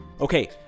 Okay